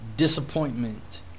Disappointment